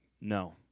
No